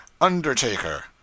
Undertaker